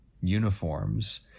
uniforms